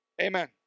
Amen